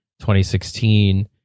2016